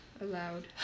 allowed